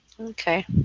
Okay